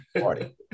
Party